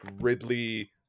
Ridley